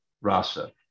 rasa